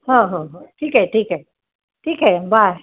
हो हो हो ठीक आहे ठीक आहे ठीक आहे बाय